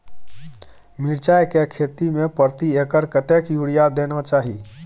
मिर्चाय के खेती में प्रति एकर कतेक यूरिया देना चाही?